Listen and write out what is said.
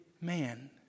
man